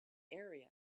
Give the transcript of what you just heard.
area